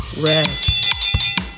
rest